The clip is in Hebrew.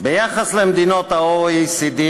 ביחס למדינות ה-OECD,